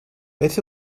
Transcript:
beth